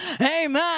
amen